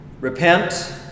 repent